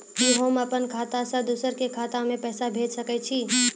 कि होम अपन खाता सं दूसर के खाता मे पैसा भेज सकै छी?